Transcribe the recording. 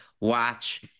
watch